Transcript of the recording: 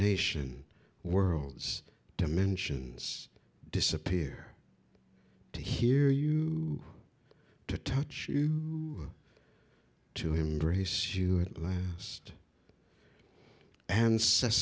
nation worlds dimensions disappear to hear you to touch you to embrace you at last an